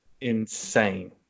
insane